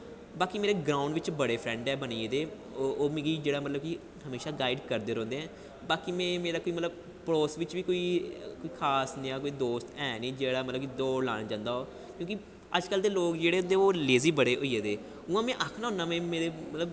बाकी मेरे ग्राउंड़ बिच्च बड़े फ्रैंड न बनी गेदे ओह् मिगी जेह्ड़ा मतलब कि म्हैशा गाईड़ करदे रौंह्दे न बाकी मेरा मतलब कि पड़ोस बिच्च बी कोई खास जेहा दोस्त ऐ निं जेह्ड़ा मतलब की दौड़ लान जंदा होग क्योंकि अजकल्ल दे लोग जेह्ड़े होंदे ओह् लेज़ी बड़े होई गेदे उ'आं में आखना होन्ना मेरे